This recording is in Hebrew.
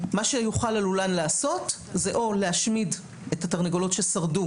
מה שיוכל הלולן לעשות זה או להשמיד את התרנגולות ששרדו